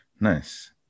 nice